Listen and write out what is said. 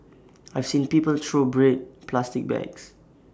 I've seen people throw bread plastic bags